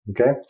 okay